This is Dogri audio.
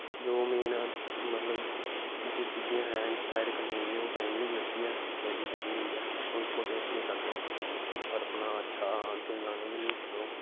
जो मेन मतलब जो चीज़ें हैं इंस्पायर करने के लिए बो होंदी ऐ मेरी फैमली उनको देख के करता हूं और अपना अच्छा दिन लाने के लिए कर रहा हूं